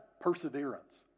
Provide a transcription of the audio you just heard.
perseverance